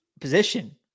position